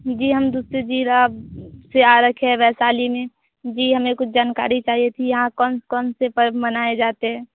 जी हम दूसरे जिला से आ रखे हैं वैशाली में जी हमें कुछ जानकारी चाहिए थी यहाँ कौन कौन से पर्व मनाए जाते हैं